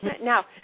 Now